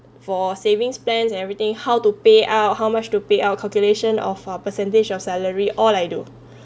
for savings plans everything how to pay out how much to pay out calculation of our percentage of salary all I do